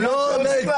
אנחנו יודעים,